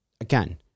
again